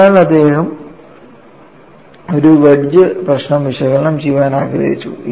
അതിനാൽ അദ്ദേഹം ഒരു വെഡ്ജ് പ്രശ്നം വിശകലനം ചെയ്യാൻ ആഗ്രഹിച്ചു